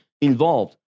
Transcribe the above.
involved